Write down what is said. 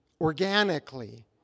organically